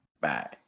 Bye